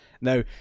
now